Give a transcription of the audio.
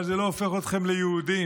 אבל זה לא הופך אתכם ליהודים.